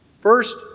First